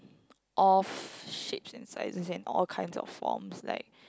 of shapes and sizes and all kinds of forms like